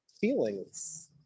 feelings